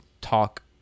talk